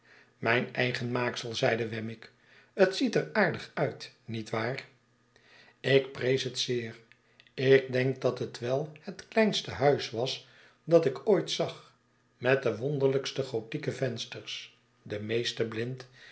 mijn eigen maaksel zeide wemmick t ziet er aardig uit niet waar ik prees het zeer ik denk dat het wel het kleinste huis was dat ik ooit zag metde wonderlijkste gothieke vensters de meeste